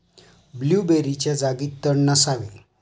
ब्लूबेरीच्या जागी तण नसावे